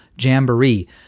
jamboree